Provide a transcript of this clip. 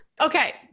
Okay